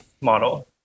model